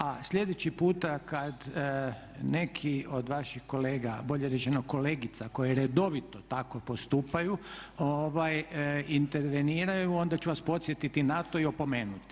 A sljedeći put kad neki od vaših kolega, bolje rečeno kolegica koje redovito tako postupaju i interveniraju onda ću vas podsjetiti na to i opomenuti.